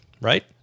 right